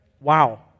wow